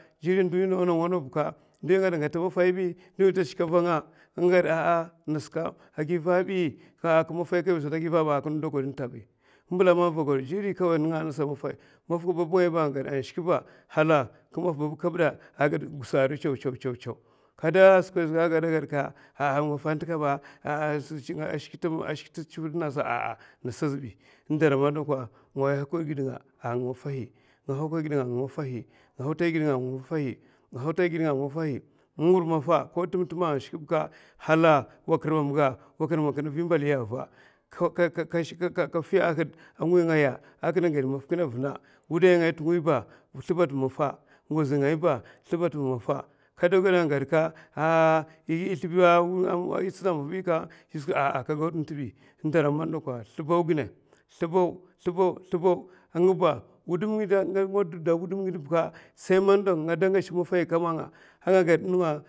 Jilin di ndawa ndawa bikka ndi ngida in ngata a maffaibi ndi ngida ta shka va nga, nga gad a ngasa kam a givabi ka ki maffai sata kabi a giva bi kina da gwad intabi in mbila men kina gwad jiri kawai ninga nasa maffai, maf bab ngaiba a gada shik ba hala ka maf babga kabdai a gwad gisa a ri tsaw tsaw, tsaw, kada skwisa ka kada gadka maffa anta kaba a shik tima a shik ti=sivid nasa indara man dakwa nga hadakwa gid nga a nga maffahi nga huta gid nga a nga maffahi in ngu maffa ko tima fima a shik ba hala wa karmamga kina vi mbali ava ka shika ka tiyah a wongaya a kirna gid maf kina a vina wudai ngaya tuwi ba slimbad maffa ngozi ngaya tuwi ba slim bat maffa ka du gada gwad ka a i slibaf a itsina a mam matbi ka gwad fibi indara mantin dakwa slibaw gina, slibaw, slibaw a ngiba wudum ngida a nga dida wudum ngidakwa bikka saii man nga da hash wudai maffai a nga ged mam ninga.